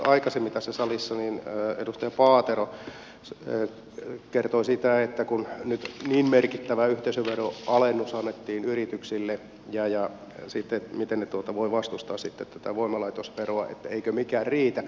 aikaisemmin tässä salissa edustaja paatero kertoi että kun nyt niin merkittävä yhteisöveroalennus annettiin yrityksille niin miten ne voivat sitten vastustaa tätä voimalaitosveroa että eikö mikään riitä